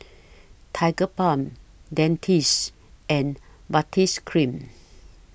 Tigerbalm Dentiste and Baritex Cream